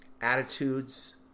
attitudes